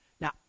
Now